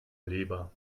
leber